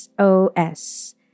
SOS